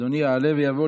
אדוני יעלה ויבוא.